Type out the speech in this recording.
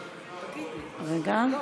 אראל מרגלית, מיקי רוזנטל, רויטל סויד,